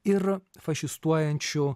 ir fašistuojančiu